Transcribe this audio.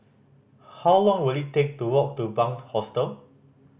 how long will it take to walk to Bunc Hostel